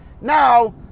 Now